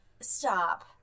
Stop